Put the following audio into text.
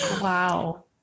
Wow